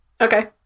Okay